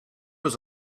was